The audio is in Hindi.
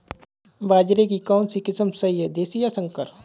बाजरे की कौनसी किस्म सही हैं देशी या संकर?